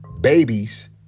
babies